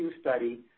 study